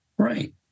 Right